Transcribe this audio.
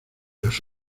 los